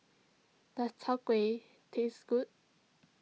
does Chai Kueh taste good